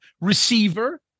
receiver